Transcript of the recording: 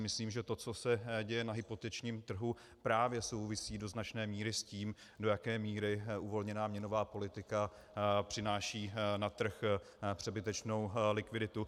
Myslím si, že to, co se děje na hypotečním trhu, právě souvisí do značné míry s tím, do jaké míry uvolněná měnová politika přináší na trh přebytečnou likviditu.